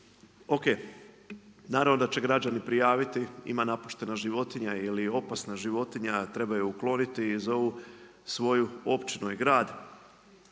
o.k. naravno da će građani prijaviti ima napuštena životinja ili opasna životinja, treba je ukloniti i zovu svoju općinu i grad,